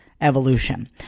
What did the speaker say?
evolution